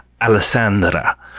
alessandra